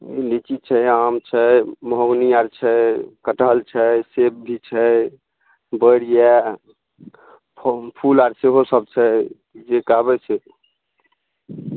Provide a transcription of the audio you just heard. लीची छै आम छै महोगनी आर छै कटहल छै सेब भी छै बैर यऽ फु फूल आर सेहो सब छै जे कहबै से